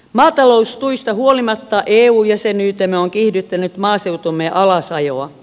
maataloustuista huolimatta eu jäsenyytemme on kiihdyttänyt maaseutumme alasajoa